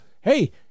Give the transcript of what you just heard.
Hey